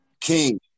King